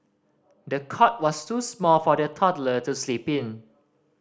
the cot was too small for the toddler to sleep in